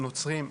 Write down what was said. נוצרים.